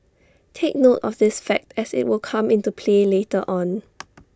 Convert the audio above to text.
take note of this fact as IT will come into play later on